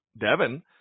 Devin